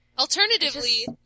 Alternatively